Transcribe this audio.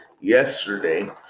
yesterday